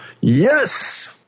yes